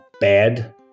bad